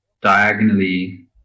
diagonally